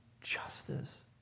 justice